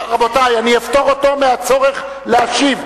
רבותי, אני אפטור אותו מהצורך להשיב.